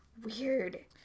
Weird